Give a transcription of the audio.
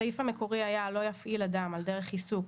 הסיפה המקורי היה: לא יפעיל אדם על דרך עיסוק